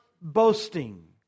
boasting